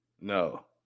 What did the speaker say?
No